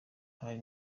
hari